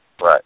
Right